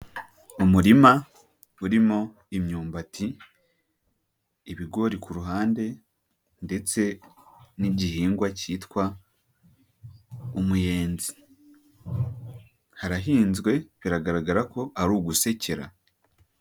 Umurima urimo imyumbati, ibigori ku ruhande ndetse n'igihingwa kitwa umuyenzi. Harahinzwe biragaragara ko ari ugusekera.